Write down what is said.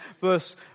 verse